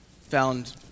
found